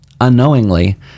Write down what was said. unknowingly